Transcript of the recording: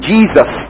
Jesus